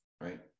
right